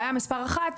בעיה מספר 1,